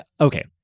okay